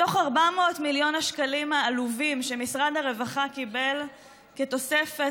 מתוך 400 מיליון השקלים העלובים שמשרד הרווחה קיבל כתוספת,